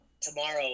tomorrow